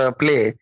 play